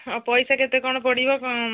ଆଉ ପଇସା କେତେ କ'ଣ ପଡ଼ିବ କ'ଣ